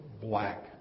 black